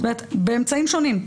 באמצעים שונים: